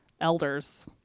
elders